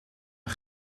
een